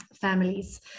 families